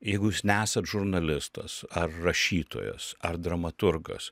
jeigu jūs nesat žurnalistas ar rašytojas ar dramaturgas